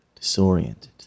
Disoriented